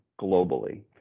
globally